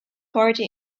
party